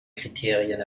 kriterien